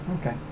Okay